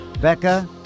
Becca